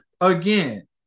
again